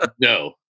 No